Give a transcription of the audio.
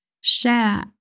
share